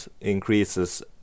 increases